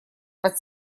под